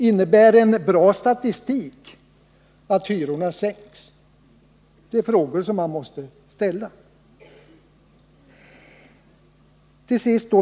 Innebär en bra statistik att hyrorna sänks? Det är frågor som man måste ställa. É Till sist!